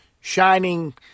shining